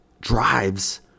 drives